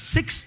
Six